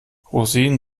rosinen